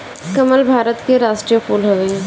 कमल भारत के राष्ट्रीय फूल हवे